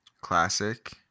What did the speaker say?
Classic